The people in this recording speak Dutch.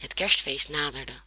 het kerstfeest naderde